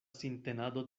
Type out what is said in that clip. sintenado